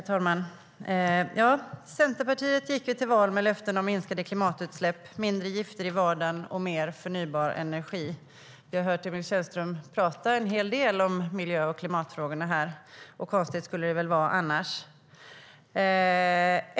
Herr talman! Centerpartiet gick till val med löften om minskade klimatutsläpp, mindre gifter i vardagen och mer förnybar energi. Vi har hört Emil Källström prata en hel del om miljö och klimatfrågorna här, och konstigt skulle det väl vara annars.